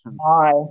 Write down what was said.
Hi